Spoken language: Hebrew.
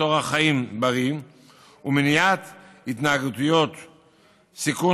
אורח חיים בריא ולמניעת התנהגויות סיכון,